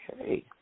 Okay